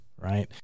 right